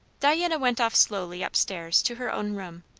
diana went off slowly up-stairs to her own room.